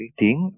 tiếng